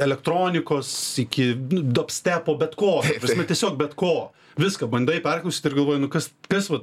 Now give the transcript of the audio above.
elektronikos iki nu dopstepo bet ko ta prasme tiesiog bet ko viską bandai perklausyt ir galvoji nu kas kas vat